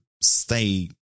stay